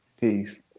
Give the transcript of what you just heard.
peace